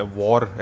war